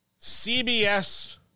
CBS